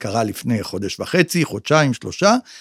קרה לפני חודש וחצי, חודשיים, שלושה.